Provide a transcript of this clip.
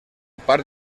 part